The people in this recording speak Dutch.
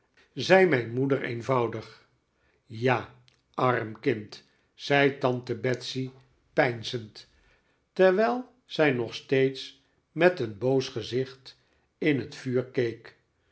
zei mijn moeder eenvoudig ja arm kind zei tante betsey peinzend terwijl zij nog steeds met een boos gezicht in het vuur